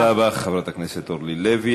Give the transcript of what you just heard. תודה רבה, חברת הכנסת אורלי לוי.